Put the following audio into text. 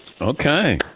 Okay